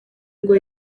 ngo